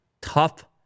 tough